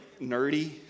nerdy